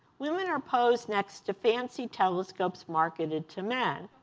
women are posed next to fancy telescopes marketed to men.